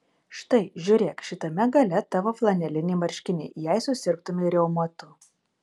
štai žiūrėk šitame gale tavo flaneliniai marškiniai jei susirgtumei reumatu